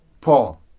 Paul